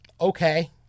okay